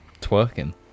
twerking